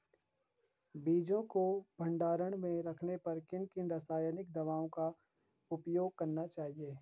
बीजों को भंडारण में रखने पर किन किन रासायनिक दावों का उपयोग करना चाहिए?